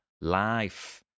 Life